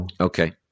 Okay